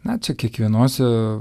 na čia kiekvienose